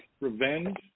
revenge